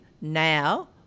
Now